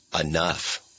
enough